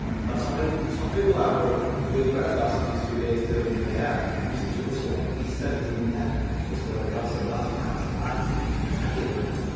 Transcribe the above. अन् द सबै सबैको अब गोजीबाट दस बिस रुपियाँ यस्तो मिलाएर बिस चाहिँ कसैबाट बिस छ बिस दिन्छ कसैबाट दस छ दस पाँच छ पाँच साथीहरूबाट अब